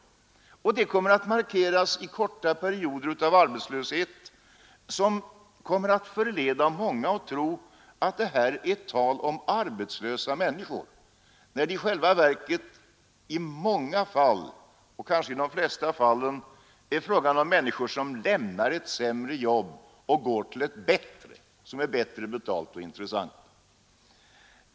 Det kommer att markeras av korta perioder av arbetslöshet, som kan föranleda många att tro att det är tal om arbetslösa människor, när det i själva verket i många fall och kanske i de flesta fall är fråga om människor som lämnar ett sämre jobb och går till ett som är bättre betalt och som är intressantare.